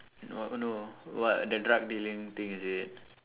no oh no what the drug dealing thing is it